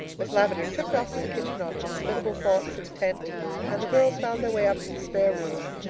miss lavendar tripped off to the kitchen on hospitable thoughts intent and the girls found their way up to the spare room,